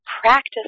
practice